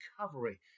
recovery